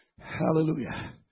hallelujah